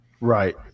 Right